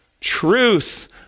Truth